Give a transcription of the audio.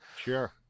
Sure